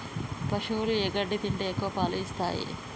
పశువులు ఏ గడ్డి తింటే ఎక్కువ పాలు ఇస్తాయి?